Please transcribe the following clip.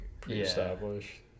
pre-established